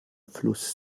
fluss